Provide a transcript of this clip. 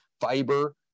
fiber